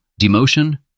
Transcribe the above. demotion